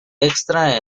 extra